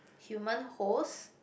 human host